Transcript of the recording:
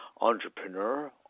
entrepreneur